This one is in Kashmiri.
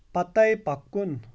پَتے پکُن